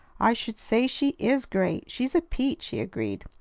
i should say she is great! she's a peach! he agreed.